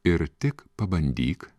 ir tik pabandyk